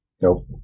Nope